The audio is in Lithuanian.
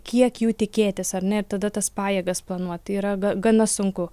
kiek jų tikėtis ar ne ir tada tas pajėgas planuot tai yra ga gana sunku